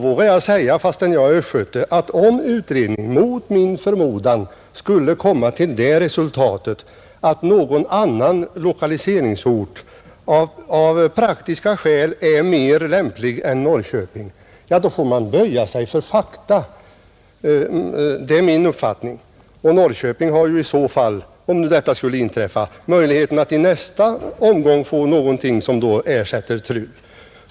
Fastän jag är östgöte vågar jag säga att om utredningen mot min förmodan skulle komma till det resultatet att någon annan lokaliseringsort av praktiska skäl är mer lämplig än Norrköping, får man böja sig för fakta. Om detta skulle inträffa har Norrköping möjligheten att i nästa omgång få någonting som ersätter TRU.